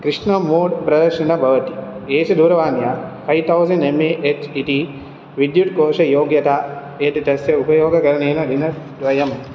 Krishna mode प्रदर्शनं भवति एष दूरवाण्या five thousand M A H इति विद्युत्कोषयोग्यता एतदस्य उपयोगकरणेन दिनद्वयं